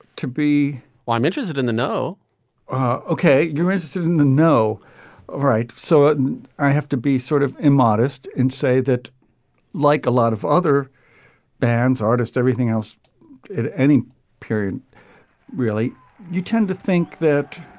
to be well i'm interested in the no ok. you're registered in the no. all right so i have to be sort of immodest and say that like a lot of other bands artists everything else in any period really you tend to think that.